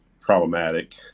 problematic